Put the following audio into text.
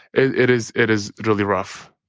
it is it is really rough.